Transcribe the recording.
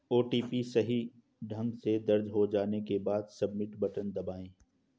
OTP सही ढंग से दर्ज हो जाने के बाद, सबमिट बटन दबाएं